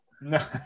No